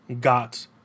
got